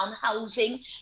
housing